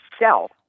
self